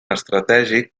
estratègic